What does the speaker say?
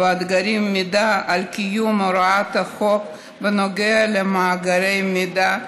במאגרי המידע ועל קיום הוראות החוק הנוגעות למאגרי מידע,